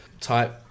type